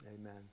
amen